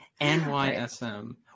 NYSM